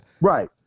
right